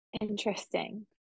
interesting